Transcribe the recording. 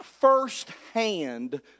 firsthand